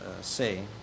say